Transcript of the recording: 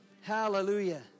Hallelujah